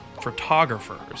photographers